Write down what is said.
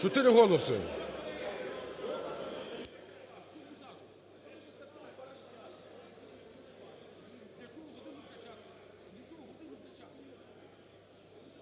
Чотири голоси.